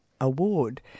award